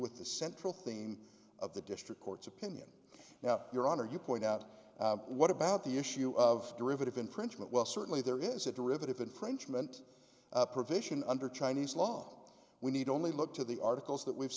with the central theme of the district court's opinion now your honor you point out what about the issue of derivative infringement well certainly there is a derivative infringement provision under chinese law we need only look to the articles that we've